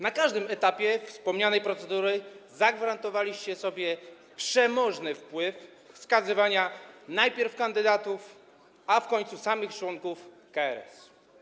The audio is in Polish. Na każdym etapie wspomnianej procedury zagwarantowaliście sobie przemożny wpływ na wskazywanie najpierw kandydatów, a na końcu samych członków KRS.